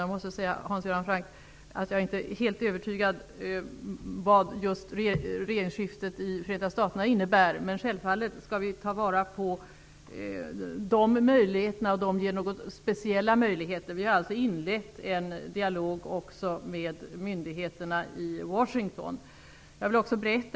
Jag är inte helt övertygad om vad regeringsskiftet i Förenta staterna innebär, Hans Göran Franck. Men självfallet skall vi ta vara på de eventuella speciella möjligheter som regeringsskiftet ger. Vi har alltså inlett en dialog också med myndigheterna i Washington.